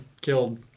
killed